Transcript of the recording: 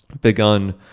begun